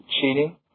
cheating